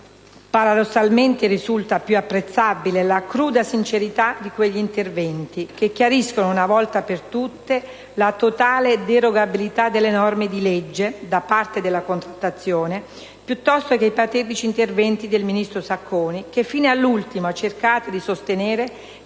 Paradossalmente risulta più apprezzabile la cruda sincerità di quegli interventi, che chiariscono una volta per tutte la totale derogabilità delle norme di legge da parte della contrattazione, piuttosto che i patetici interventi del ministro Sacconi che fino all'ultimo ha cercato di sostenere